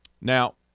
Now